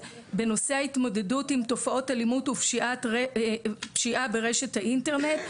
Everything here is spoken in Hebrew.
בנושא ההתמודדות עם תופעות לאומית ופשיעה ברשת האינטרנט,